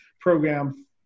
program